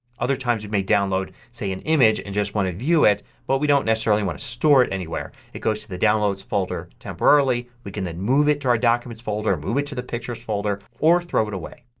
other times you may download say an image and just want to view it but you don't necessarily want to store it anywhere. it goes to the downloads folder temporarily. we can then move it to our documents folder, move it to the pictures folder, or throw it away.